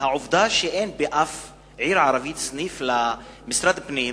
שהעובדה שאין באף עיר ערבית סניף של משרד הפנים